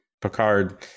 picard